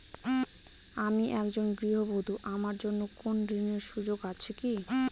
আমি একজন গৃহবধূ আমার জন্য কোন ঋণের সুযোগ আছে কি?